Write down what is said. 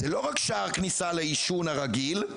זה לא רק שער כניסה לעישון הרגיל,